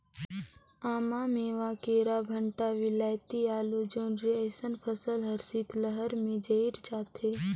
आमा, मेवां, केरा, भंटा, वियलती, आलु, जोढंरी अइसन फसल हर शीतलहार में जइर जाथे